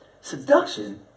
Seduction